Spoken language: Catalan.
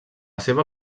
seva